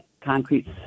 concrete